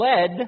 led